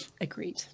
Agreed